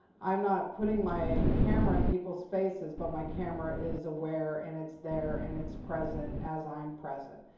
i'm not putting my camera in people's faces. but my camera is aware, and it's there, and it's present as i'm present.